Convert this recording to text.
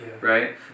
right